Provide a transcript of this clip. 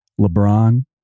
LeBron